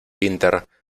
inter